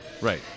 Right